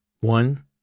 One